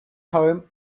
home